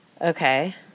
Okay